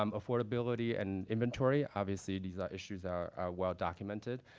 um affordability and inventory obviously, these issues are well-documented.